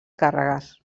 càrregues